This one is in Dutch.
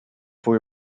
voor